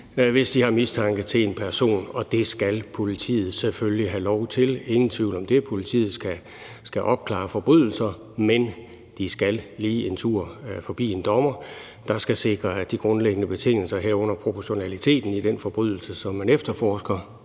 hvis de har mistanke til en person, og det skal politiet selvfølgelig have lov til, ingen tvivl om det. Politiet skal opklare forbrydelser. Men de skal lige en tur forbi en dommer, der skal sikre, at de grundlæggende betingelser, herunder proportionaliteten i den forbrydelse, som man efterforsker,